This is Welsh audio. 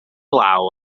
law